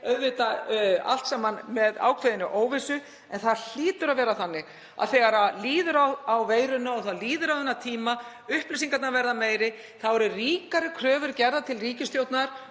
auðvitað allt saman háð ákveðinni óvissu. En það hlýtur að vera þannig að þegar líður á veiruna og það líður á þennan tíma og upplýsingarnar verða meiri þá séu gerðar ríkari kröfur til ríkisstjórnarinnar